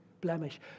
blemish